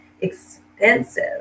expensive